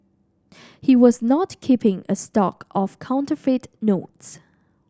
he was not keeping a stock of counterfeit notes